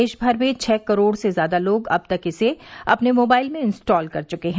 देश भर में छह करोड़ से ज्यादा लोग अब तक इसे अपने मोबाइल में इन्स्टॉल कर चुके हैं